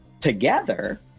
together